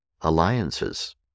alliances